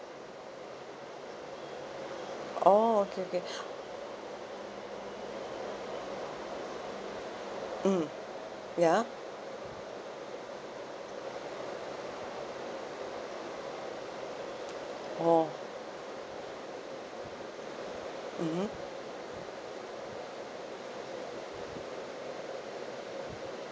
oh okay okay mm ya oh mmhmm